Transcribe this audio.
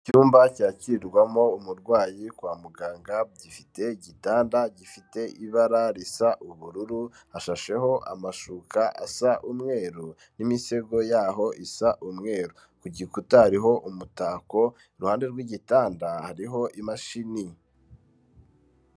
Icyumba cyakirirwamo umurwayi kwa muganga gifite igitanda gifite ibara risa ubururu hashasheho amashuka asa umweru n'imisego y'aho isa umweru, ku gikuta harihoho umutako, iruhande rw'igitanda hariho imashini.